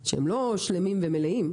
שהם לא שלמים ומלאים,